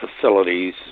facilities